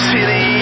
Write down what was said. City